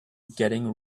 getting